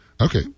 Okay